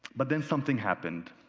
but then something happened.